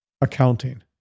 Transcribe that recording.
accounting